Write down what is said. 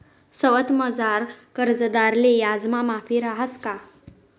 सवलतमझार कर्जदारले याजमा माफी रहास का?